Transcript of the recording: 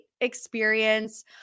experience